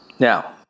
Now